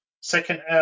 Second